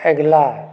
अगिला